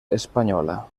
espanyola